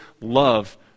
love